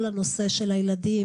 כל הנושא של הילדים,